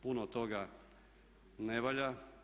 Puno toga ne valja.